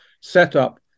setup